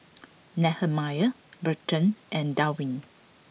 Nehemiah Burton and Dwaine